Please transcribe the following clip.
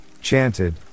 chanted